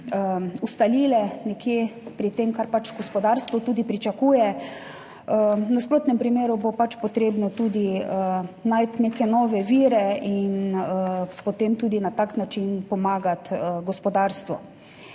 ustalile nekje pri tem, kar pač gospodarstvo tudi pričakuje. V nasprotnem primeru bo potrebno najti neke nove vire in potem tudi na tak način pomagati gospodarstvu.